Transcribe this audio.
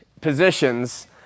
positions